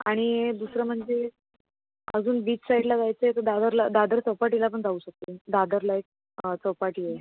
आणि दुसरं म्हणजे अजून बीच साईडला जायचं आहे तर दादरला दादर चौपाटीला पण जाऊ शकते दादरला एक चौपाटी आहे